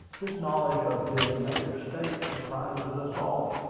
his knowledge of his native state surprises us all.